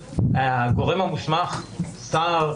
כמעט כל החלטה ניתן למשוך לדרג של שר,